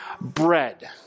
Bread